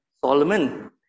Solomon